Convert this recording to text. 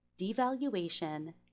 devaluation